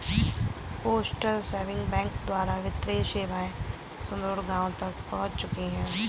postal saving bank द्वारा वित्तीय सेवाएं सुदूर गाँवों तक पहुंच चुकी हैं